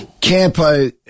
Campo